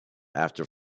after